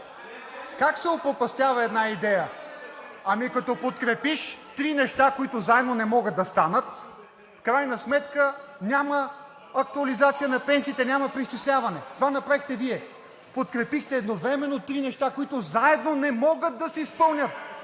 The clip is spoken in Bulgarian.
Как се опропастява една идея? Ами като подкрепиш три неща, които заедно не могат да станат. В крайна сметка няма актуализация на пенсиите, няма преизчисляване – това направихте Вие. Подкрепихте едновременно три неща, които заедно не могат да се изпълнят.